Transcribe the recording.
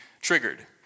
triggered